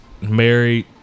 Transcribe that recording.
Married